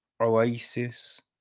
oasis